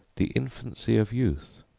the infancy of youth,